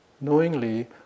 knowingly